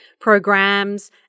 programs